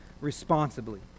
responsibly